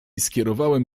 skierowałem